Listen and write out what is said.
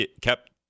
kept